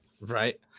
Right